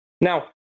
Now